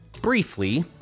briefly